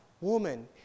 woman